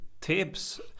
tips